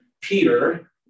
Peter